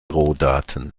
rohdaten